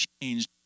changed